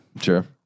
Sure